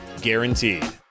guaranteed